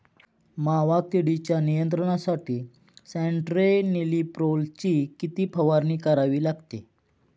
मावा किडीच्या नियंत्रणासाठी स्यान्ट्रेनिलीप्रोलची किती फवारणी करावी लागेल?